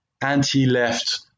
anti-left